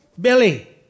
Billy